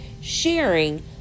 sharing